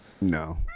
no